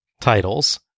titles